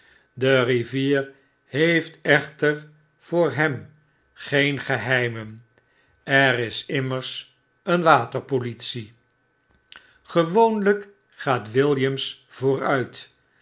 de rivier heeft echter voorhemgeen geheimen er is immers een waterpolitie gevolgelyk gaat williams vooruit